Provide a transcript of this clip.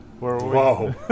Whoa